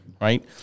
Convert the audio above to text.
right